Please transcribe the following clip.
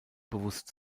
bewusst